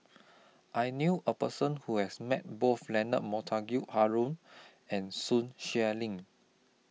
I knew A Person Who has Met Both Leonard Montague Harrod and Sun Xueling